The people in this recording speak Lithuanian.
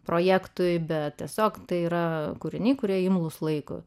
projektui bet tiesiog tai yra kūriniai kurie imlūs laikui